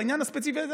בעניין הספציפי הזה,